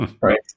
Right